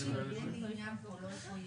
אני חושבת שכל הנושא הזה של שימור המורשת